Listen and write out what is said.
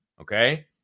Okay